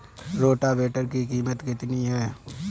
Rotavator की कीमत कितनी है?